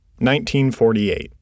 1948